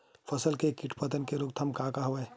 फसल के कीट पतंग के रोकथाम का का हवय?